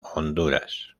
honduras